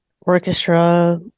Orchestra